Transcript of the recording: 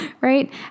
right